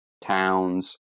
towns